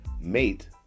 mate